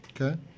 Okay